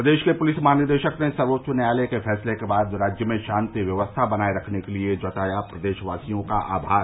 प्रदेश के पुलिस महानिदेशक ने सर्वोच्च न्यायालय के फैसले के बाद राज्य में शान्ति व्यवस्था बनाये रखने के लिये जताया प्रदेशवासियों का आभार